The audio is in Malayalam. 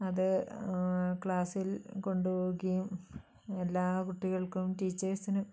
അത് ക്ലാസ്സിൽ കൊണ്ടുപോവുകയും എല്ലാ കുട്ടികൾക്കും ടീച്ചേഴ്സിനും